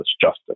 justice